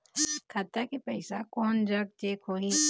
खाता के पैसा कोन जग चेक होही?